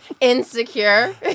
insecure